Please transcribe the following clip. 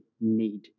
need